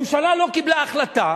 הממשלה לא קיבלה החלטה